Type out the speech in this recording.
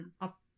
up